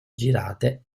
girate